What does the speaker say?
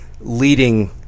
leading